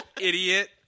idiot